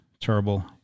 terrible